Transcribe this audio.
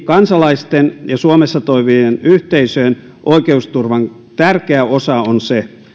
kansalaisten ja suomessa toimivien yhteisöjen oikeusturvan tärkeä osa on se